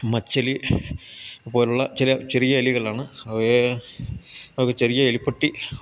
മച്ചെലി പോലുള്ള ചില ചെറിയ എലികളാണ് അവയെ അവയ്ക്ക് ചെറിയ എലിപ്പെട്ടി